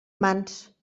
mans